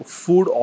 food